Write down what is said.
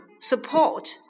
support